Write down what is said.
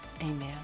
Amen